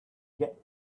yet